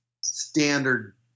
standard